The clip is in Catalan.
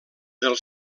del